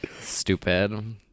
stupid